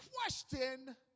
question